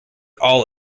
all